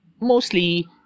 mostly